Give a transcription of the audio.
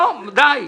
די.